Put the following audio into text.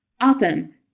awesome